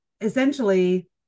essentially